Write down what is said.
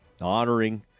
honoring